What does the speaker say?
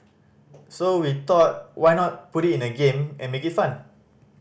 so we thought why not put it in a game and make it fun